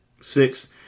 Six